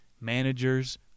Managers